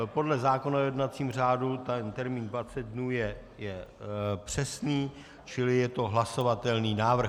Podle zákona o jednacím řádu ten termín 20 dnů je přesný, čili je to hlasovatelný návrh.